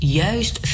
juist